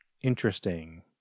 interesting